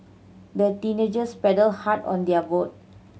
the teenagers paddled hard on their boat